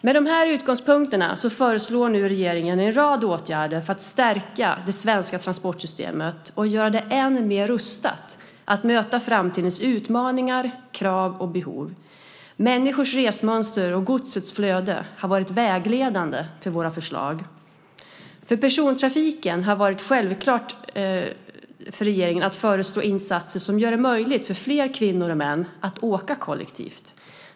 Med de utgångspunkterna föreslår regeringen nu en rad åtgärder för att stärka det svenska transportsystemet och göra det än mer rustat att möta framtidens utmaningar, krav och behov. Människors resmönster och godsets flöde har varit vägledande för våra förslag. När det gäller persontrafiken har det varit självklart för regeringen att föreslå insatser som gör det möjligt för fler kvinnor och män att åka kollektivt.